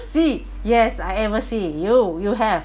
see yes I ever see you you have